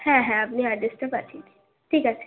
হ্যাঁ হ্যাঁ আপনি অ্যাড্রেসটা পাঠিয়ে দিন ঠিক আছে